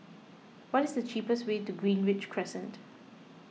what is the cheapest way to Greenridge Crescent